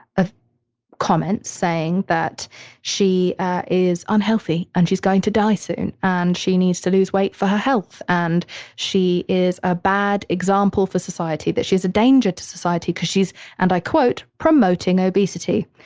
of comments saying that she is unhealthy and she's going to die soon and she needs to lose weight for her health and she is a bad example for society, that she is a danger to society because she's and i quote, promoting obesity,